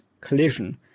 collision